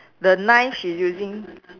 the knife she's using